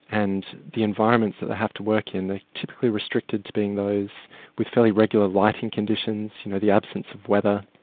and the environments that they have to work in are typically restricted to being those with fairly regular lighting conditions, you know, the absence of weather.